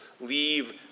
leave